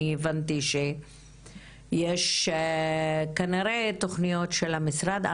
אני הבנתי שכנראה יש תוכניות של המשרד.